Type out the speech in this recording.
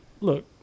look